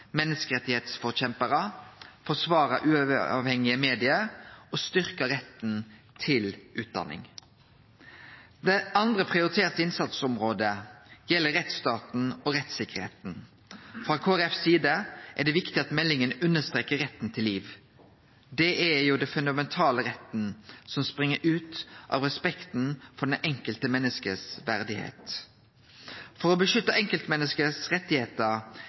menneskerettsforkjemparar, forsvare uavhengige medium og styrkje retten til utdanning. Det andre prioriterte innsatsområdet gjeld rettsstaten og rettstryggleiken. Frå Kristeleg Folkepartis side er det viktig at meldinga strekar under retten til liv. Det er jo den fundamentale retten som spring ut av respekten for verdigheita til det enkelte mennesket. For å beskytte